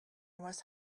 was